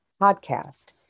podcast